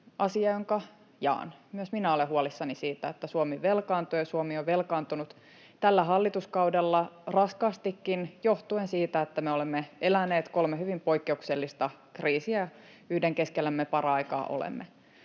asia, jonka jaan. Myös minä olen huolissani siitä, että Suomi velkaantuu ja Suomi on velkaantunut tällä hallituskaudella raskaastikin johtuen siitä, että me olemme eläneet kolme hyvin poikkeuksellista kriisiä, ja yhden keskellä me paraikaa olemme.